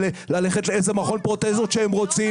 מותר לאנשים האלה ללכת לאיזה מכון פרוטזות שהם רוצים.